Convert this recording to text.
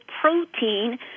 protein